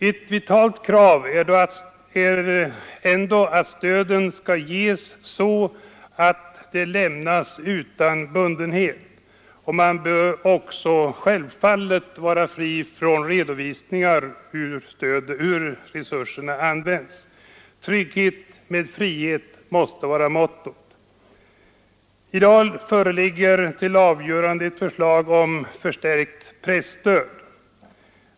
Ett vitalt krav är dock att stödet skall lämnas utan bundenhet och självfallet utan användningsredovisning. ”Trygghet med frihet” måste vara mottot. I dag föreligger till avgörande ett förslag om förstärkt presstöd.